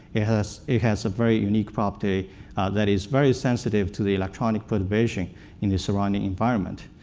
it has it has a very unique property that is very sensitive to the electronic perturbation in the surrounding environment.